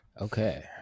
Okay